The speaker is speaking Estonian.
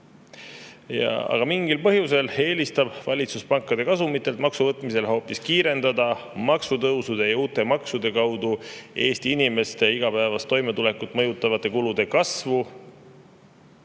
Aga mingil põhjusel eelistab valitsus pankade kasumitelt maksu võtmisele hoopis kiirendada maksutõusude ja uute maksudega Eesti inimeste igapäevast toimetulekut mõjutavate kulude kasvu,